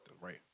right